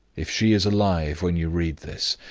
if she is alive when you read this,